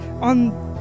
on